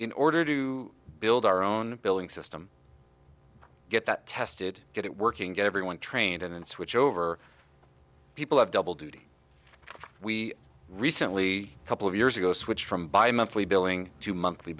in order to build our own billing system get that tested get it working get everyone trained and then switch over people have double duty we recently a couple of years ago switched from buy monthly billing to monthly